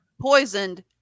Poisoned